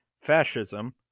Fascism